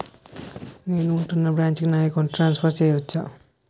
నేను ఉంటున్న బ్రాంచికి నా అకౌంట్ ను ట్రాన్సఫర్ చేయవచ్చా?